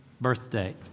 birthday